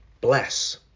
bless